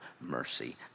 mercy